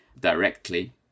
directly